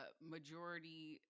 Majority